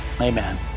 Amen